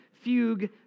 fugue